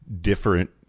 different